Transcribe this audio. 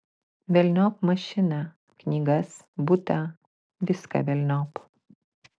velniop mašiną knygas butą viską velniop